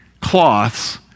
cloths